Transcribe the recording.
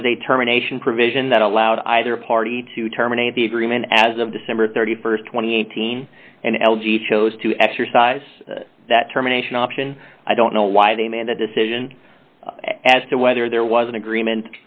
was a terminations provision that allowed either party to terminate the agreement as of december st two thousand and eighteen and l g chose to exercise that terminations option i don't know why they made the decision as to whether there was an agreement